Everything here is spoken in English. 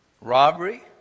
robbery